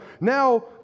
now